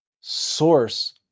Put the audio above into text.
source